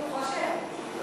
שהוא חושב.